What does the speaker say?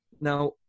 Now